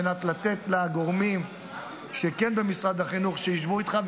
על מנת לתת לגורמים במשרד החינוך לשבת איתך,